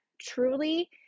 truly